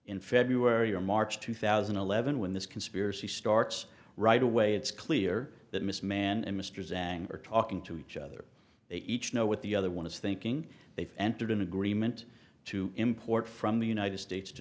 in february or march two thousand and eleven when this conspiracy starts right away it's clear that mismanage mr zang are talking to each other they each know what the other one is thinking they've entered an agreement to import from the united states to